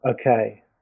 okay